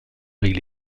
avec